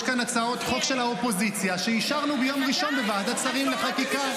יש כאן הצעות חוק של האופוזיציה שאישרנו ביום ראשון בוועדת שרים לחקיקה.